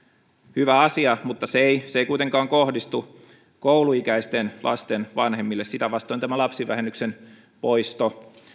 hyvä asia mutta se ei se ei kuitenkaan kohdistu kouluikäisten lasten vanhemmille sitä vastoin tämä lapsivähennyksen poisto